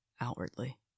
outwardly